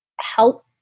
help